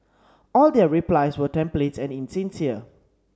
all their replies were templates and insincere